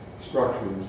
structures